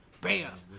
Bam